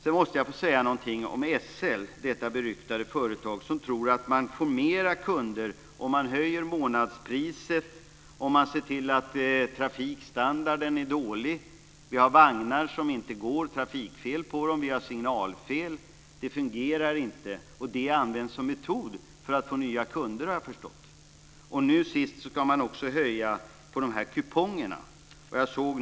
Sedan måste jag få säga någonting om SL, detta beryktade företag som tror att man får mer kunder om man höjer månadspriset samtidigt som man ser till att trafikstandarden är dålig. Man har vagnar som inte går därför att det är trafikfel på dem, man har signalfel, det fungerar inte. Detta används som metod för att få nya kunder, har jag förstått. Nu senast ska man också höja priset på kupongerna.